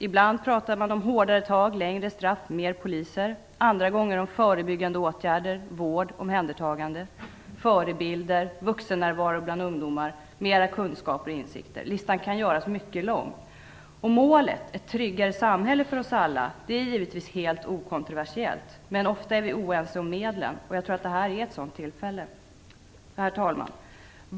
Ibland pratar man hårdare tag, längre straff, fler poliser, andra gånger om förebyggande åtgärder, vård, omhändertagande, förebilder, vuxennärvaro bland ungdomar, mer kunskaper och insikter. Listan kan göras mycket lång. Målet, ett tryggare samhälle för oss alla, är givetvis helt okontroversiellt, men ofta är vi oense om medlen. Jag tror att det här är ett sådant tillfälle. Herr talman!